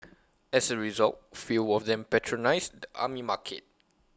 as A result fewer of them patronise the Army Market